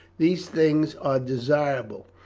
these things are desirable,